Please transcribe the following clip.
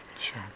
Sure